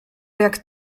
jak